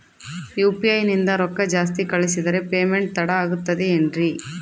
UPI ನಿಂದ ರೊಕ್ಕ ಜಾಸ್ತಿ ಕಳಿಸಿದರೆ ಪೇಮೆಂಟ್ ತಡ ಆಗುತ್ತದೆ ಎನ್ರಿ?